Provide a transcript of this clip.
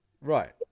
Right